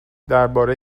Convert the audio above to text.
درباره